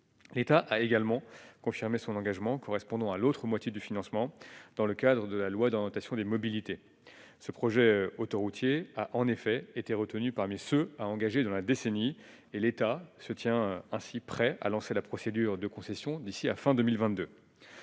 l'État a également confirmé son engagement correspondant à l'autre moitié du financement dans le cadre de la loi dans notation des mobilités ce projet autoroutier a en effet été retenu parmi ceux à engager dans la décennie et l'État se tient ainsi prêt à lancer la procédure de concession d'ici à fin 2022